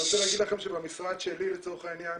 אני רוצה להגיד לכם שבמשרד שלי, לצורך העניין,